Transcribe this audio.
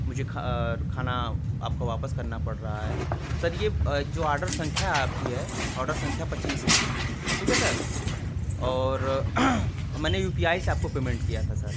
मुझे खा खाना आपको वापस करणा पड़ रहा है सर ये जो ऑर्डर संख्या आपकी है ऑर्डर संख्या पचीस है ठीक है सर और मैंने यू पी आई से आपको पेमेंट किया था सर